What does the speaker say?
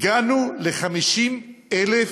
הגענו ל-50,000